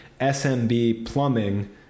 SMBPlumbing